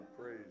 praise